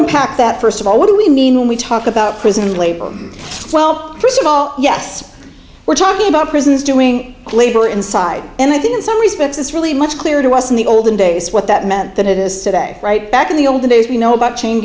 impact that first of all what do we need when we talk about prison labor well first of all yes we're talking about prisons doing labor inside and i didn't some respects it's really much clearer to us in the olden days what that meant than it is today right back in the olden days we know about chain